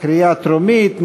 בקריאה טרומית.